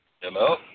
Hello